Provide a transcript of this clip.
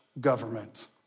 government